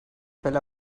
fell